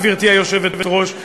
גברתי היושבת-ראש,